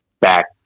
back